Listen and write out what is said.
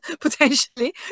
potentially